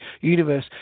universe